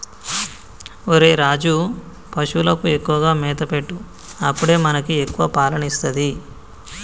ఒరేయ్ రాజు, పశువులకు ఎక్కువగా మేత పెట్టు అప్పుడే మనకి ఎక్కువ పాలని ఇస్తది